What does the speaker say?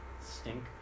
stink